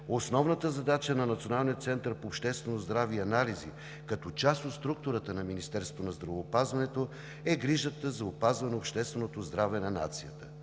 Основната задача на Националния център по обществено здраве и анализи, като част от структурата на Министерството на здравеопазването, е грижата за опазване общественото здраве на нацията.